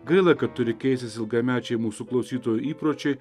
gaila kad turi keistis ilgamečiai mūsų klausytojų įpročiai